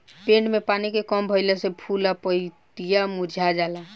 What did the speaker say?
पेड़ में पानी के कम भईला से फूल आ पतई मुरझा जाला